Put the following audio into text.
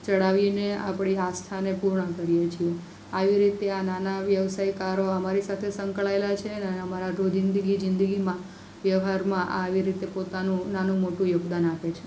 ચડાવીને આપણી આસ્થાને પૂર્ણ કરીએ છીએ આવી રીતે આ નાના વ્યવસાયકારો અમારી સાથે સંકળાયેલા છે અને અમારા રોજિંદી જિંદગીમાં વ્યવહારમાં આવી રીતે પોતાનું નાનું મોટું યોગદાન આપે છે